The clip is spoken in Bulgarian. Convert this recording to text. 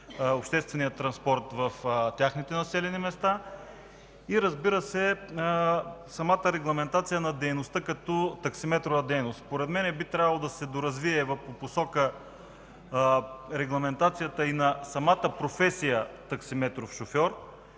общественият транспорт в техните населени места и, разбира се, самата регламентация на дейността като таксиметрова дейност. Би трябвало да се доразвие в посока регламентацията и на самата професия таксиметров шофьор.